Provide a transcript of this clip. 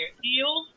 heels